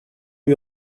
lui